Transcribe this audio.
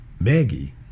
Maggie